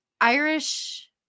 Irish